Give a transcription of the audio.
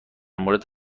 مورد